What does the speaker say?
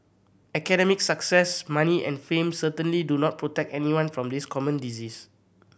academic success money and fame certainly do not protect anyone from this common disease